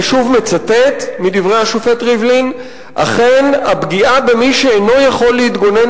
אני שוב מצטט מדברי השופט ריבלין: "אכן הפגיעה במי שאינו יכול להתגונן